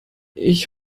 ich